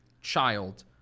child